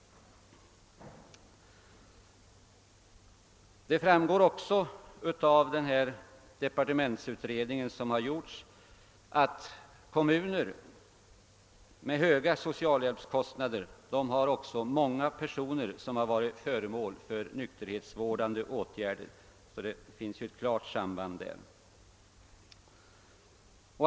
Av den departementsutredning som har gjorts framgår också att kommuner med höga socialhjälpskostnader även har många invånare som har varit föremål för nykterhetsvårdande åtgärder. Här finns alltså ett klart samband.